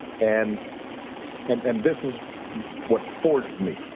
and and and this is what forged me.